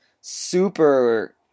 super